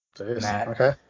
okay